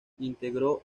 integró